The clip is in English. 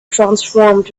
transformed